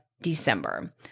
December